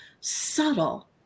subtle